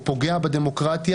הוא פוגע בדמוקרטיה.